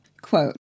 Quote